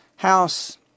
house